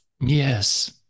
Yes